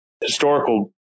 historical